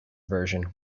version